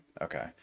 Okay